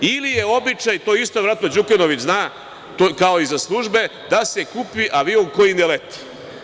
Ili je običaj, to isto verovatno Đukanović zna, kao i za službe, da se kupi avion koji ne leti?